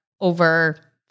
over